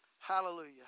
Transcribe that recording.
Hallelujah